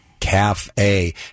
cafe